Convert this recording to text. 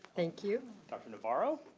thank you. dr. navarro,